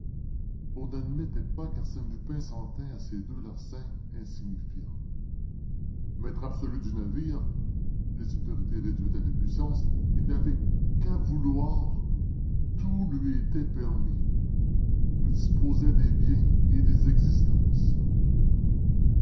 on n'admettait pas qu'arsène lupin s'en tînt à ces deux larcins insignifiants maître absolu du navire les autorités réduites à l'impuissance il n'avait qu'à vouloir tout lui était permis il disposait des biens et des existences